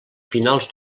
finals